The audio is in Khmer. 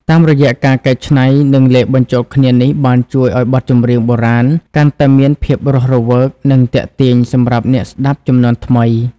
តាមរយៈការកែច្នៃនិងលាយបញ្ចូលគ្នានេះបានជួយឲ្យបទចម្រៀងបុរាណកាន់តែមានភាពរស់រវើកនិងទាក់ទាញសម្រាប់អ្នកស្ដាប់ជំនាន់ថ្មី។